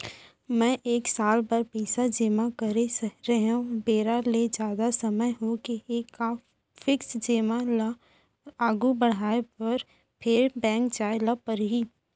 मैं एक साल बर पइसा जेमा करे रहेंव, बेरा ले जादा समय होगे हे का फिक्स जेमा ल आगू बढ़ाये बर फेर बैंक जाय ल परहि?